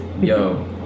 yo